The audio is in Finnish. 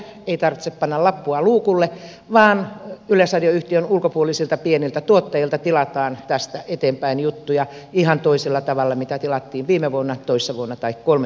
ei tarvitse panna lappua luukulle vaan yleisradioyhtiön ulkopuolisilta pieniltä tuottajilta tilataan tästä eteenpäin juttuja ihan toisella tavalla kuin tilattiin viime vuonna toissa vuonna tai kolme vuotta sitten